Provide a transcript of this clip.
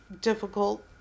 difficult